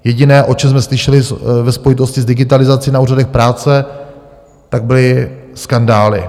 Jediné, o čem jsme slyšeli ve spojitosti s digitalizaci na úřadech práce, tak byly skandály.